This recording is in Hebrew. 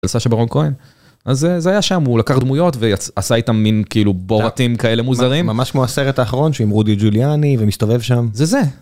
סשה ברון כהן, אז זה היה שם הוא לקח דמויות ועשה איתם מין כאילו בוראטים כאלה מוזרים, ממש כמו הסרט האחרון עם רודי ג'וליאני ומסתובב שם.זה זה